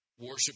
worship